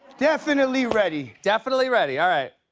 definitely ready. definitely ready, all right.